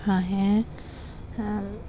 হাঁহে